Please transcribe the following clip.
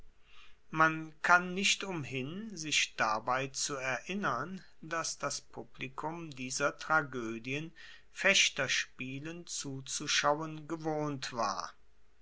man kann nicht umhin sich dabei zu erinnern dass das publikum dieser tragoedien fechterspielen zuzuschauen gewohnt war